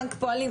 בנק הפועלים?